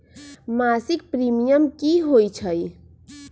मासिक प्रीमियम की होई छई?